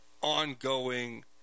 ongoing